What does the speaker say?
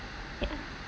ya